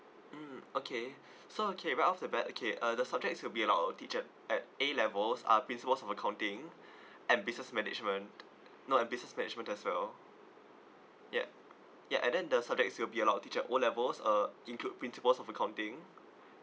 mm okay so okay right off the bat okay uh the subject to be allowed our teacher at A levels are principle of accounting and business management no uh business management as well ya ya and then the subjects to be allowed teach at O levels uh include principles of accounting